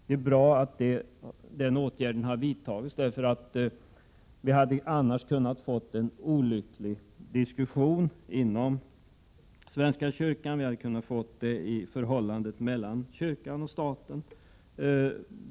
Det är bra med en sådan åtgärd, för annars hade vi kunnat få en diskussion som var olycklig för svenska kyrkan och för förhållandet mellan kyrkan och staten.